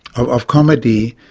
of of comedy,